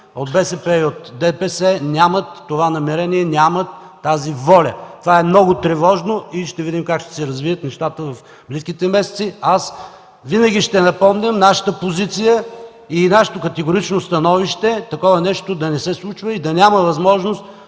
от БСП и ДПС, нямат това намерение, нямат тази воля. Това е много тревожно и ще видим как ще се развият нещата в близките месеци. Винаги ще напомням нашата позиция и категоричното ни становище – такова нещо да не се случва и да няма възможност